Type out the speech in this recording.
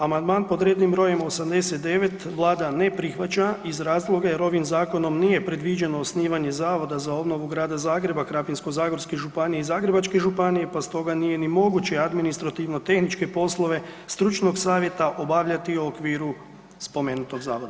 Amandman pod rednim br. 89 vlada ne prihvaća iz razloga jer ovim zakonom nije predviđeno osnivanje Zavoda za obnovu Grada Zagreba, Krapinsko-zagorske županije i Zagrebačke županije, pa stoga nije ni moguće administrativno tehničke poslove stručnog savjeta obavljati u okviru spomenutog zavoda.